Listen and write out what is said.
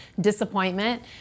disappointment